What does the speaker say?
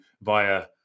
via